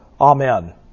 Amen